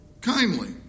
kindly